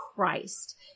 Christ